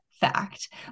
fact